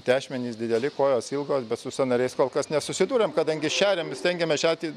tešmenys dideli kojos ilgos bet su sąnariais kol kas nesusidūrėm kadangi šeriam ir stengiamės šerti